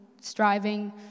striving